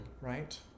Right